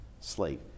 slate